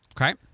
Okay